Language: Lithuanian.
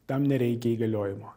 tam nereikia įgaliojimo